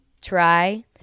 try